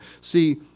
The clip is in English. See